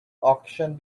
auction